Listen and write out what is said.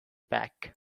back